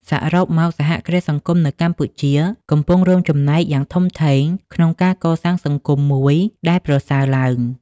សរុបមក សហគ្រាសសង្គមនៅកម្ពុជា កំពុងរួមចំណែកយ៉ាងធំធេងក្នុងការកសាងសង្គមមួយដែលប្រសើរឡើង។